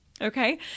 Okay